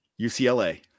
UCLA